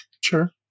Sure